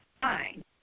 fine